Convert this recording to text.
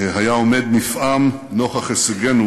היה עומד נפעם נוכח הישגינו